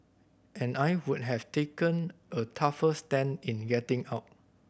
and I would have taken a tougher stand in getting out